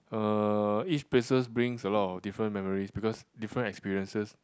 uh each places brings a lot of different memories because different experiences